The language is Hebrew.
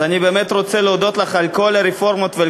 אז אני באמת רוצה להודות לך על כל הרפורמות ועל